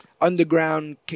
underground